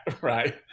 right